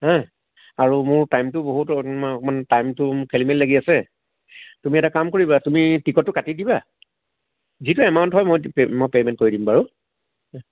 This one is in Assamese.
হা আৰু মোৰ টাইমটো বহুত অকণ টাইমটো খেলিমেলি লাগি আছে তুমি এটা কাম কৰিবা তুমি টিকটটো কাটি দিবা যিটো এমাউণ্ট হয় মই পেমেণ্ট কৰি দিম বাৰু